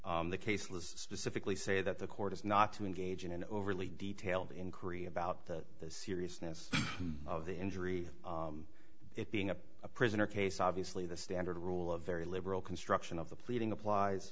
lawsuit the cases specifically say that the court is not to engage in an overly detailed in korea about the seriousness of the injury it being a prisoner case obviously the standard rule of very liberal construction of the pleading applies